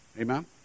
Amen